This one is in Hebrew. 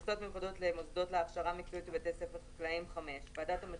מכסות מיוחדות למוסדות להכשרה מקצועית ולבתי ספר חקלאיים ועדת המכסות,